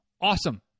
Awesome